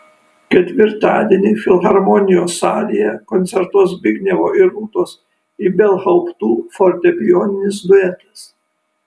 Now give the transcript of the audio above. ketvirtadienį filharmonijos salėje koncertuos zbignevo ir rūtos ibelhauptų fortepijoninis duetas